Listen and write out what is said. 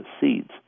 seeds